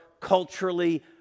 culturally